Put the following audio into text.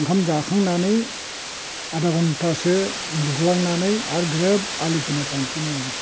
ओंखाम जाखांनानै आदाघन्टासो उन्दुग्लांनानै आरो ग्रोब आलि खोनो थांफिनो